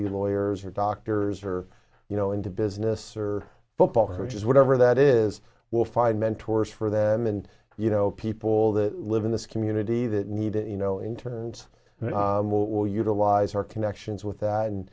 be lawyers or doctors or you know into business or football which is whatever that is we'll find mentors for them and you know people that live in this community that need to you know interned will utilize our connections with that and